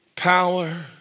Power